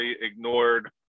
ignored